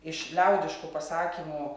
iš liaudiškų pasakymų